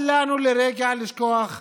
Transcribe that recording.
אל לנו לרגע לשכוח,